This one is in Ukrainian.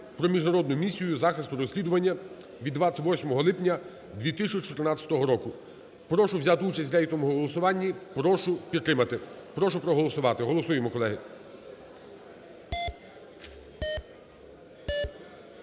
про Міжнародну місію захисту розслідування від 28 липня 2014 року. Прошу взяти участь в рейтинговому голосуванні, прошу підтримати. Прошу проголосувати, голосуємо, колеги.